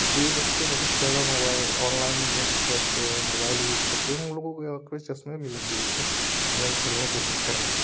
जैसे वो बच्चे बहुत ज्यादा मोबाइ ऑनलाइन गेम खेलते हैं मोबाइल यूज करते हैं उन लोगों के आँख में चश्मे भी लग गए गे गेम खेलने के चक्कर में